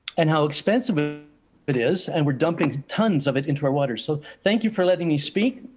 and how expensive ah it is. and we're dumping tons of it into my water. so thank you for letting me speak.